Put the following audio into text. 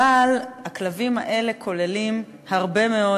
אבל בכלבים האלה נכללו הרבה מאוד,